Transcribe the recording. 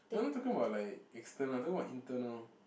no I'm not talking about like external I'm talking about internal